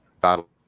battle